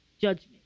Judgment